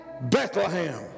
Bethlehem